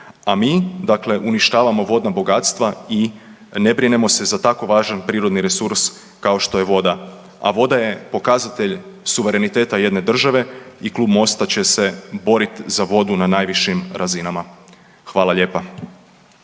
A mi dakle uništavamo vodna bogatstva i ne brinemo se za tako važan prirodni resurs kao što je voda, a voda je pokazatelj suvereniteta jedne države i Klub MOST-a će se borit za vodu na najvišim razinama. Hvala lijepa.